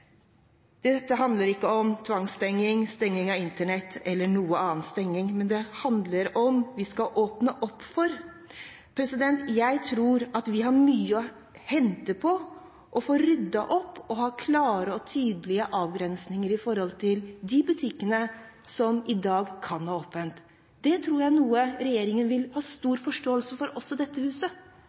handler om å åpne opp. Jeg tror at vi har mye å hente på å få ryddet opp og ha klare og tydelige avgrensinger når det gjelder butikkene som i dag kan ha åpent. Det tror jeg er noe regjeringen vil ha stor forståelse for – og også dette huset.